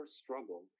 struggle